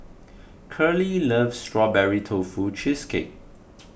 Curley loves Strawberry Tofu Cheesecake